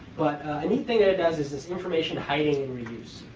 but a neat thing that it does is this information hiding and reuse.